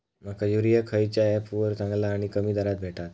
माका युरिया खयच्या ऍपवर चांगला आणि कमी दरात भेटात?